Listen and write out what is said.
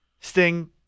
Sting